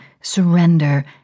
surrender